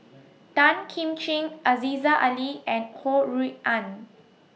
Tan Kim Ching Aziza Ali and Ho Rui An